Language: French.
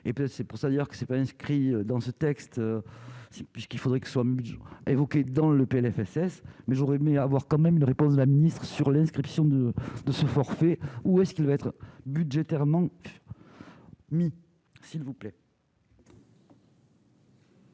et c'est pour ça d'ailleurs que ce n'est pas inscrit dans ce texte, c'est puisqu'il faudrait que soit évoquée dans le PLFSS mais j'aurais aimé avoir quand même une réponse de la Ministre sur l'inscription de ce forfait ou est-ce qu'il veut être budgétairement, mais s'il vous plaît.